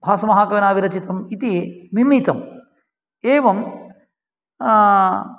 भासमहाकविना विरचितम् इति मिम्मितम् एवं